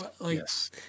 Yes